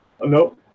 no